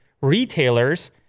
retailers